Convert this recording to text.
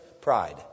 pride